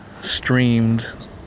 streamed